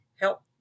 help